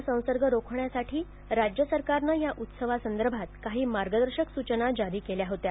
corona संसर्ग रोखण्यासाठी राज्य सरकारनं या उत्सवासंदर्भात काही मार्गदर्शक सूचना जारी केल्या होत्या